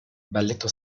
balletto